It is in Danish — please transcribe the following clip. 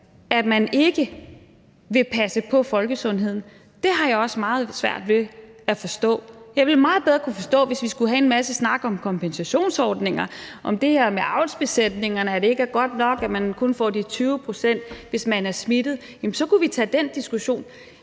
at man ikke vil passe på folkesundheden, har jeg meget svært ved at forstå. Jeg ville meget bedre kunne forstå, hvis vi skulle have en masse snak om kompensationsordninger, om det her med avlsbesætningerne, om, at det ikke er godt nok, at man kun får de 20 pct., hvis man er smittet, og så kunne vi tage den diskussion.